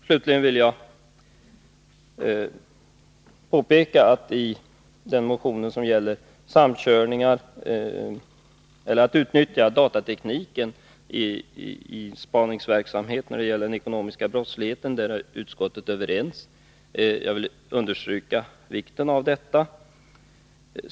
Slutligen vill jag framhålla att utskottet är enigt i sitt uttalande med anledning av de motioner som tar upp utnyttjande av datatekniken när det gäller den ekonomiska brottsligheten. Jag vill understryka vikten av detta.